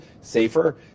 safer